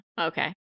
Okay